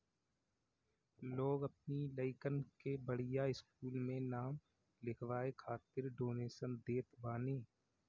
लोग अपनी लइकन के बढ़िया स्कूल में नाम लिखवाए खातिर डोनेशन देत बाने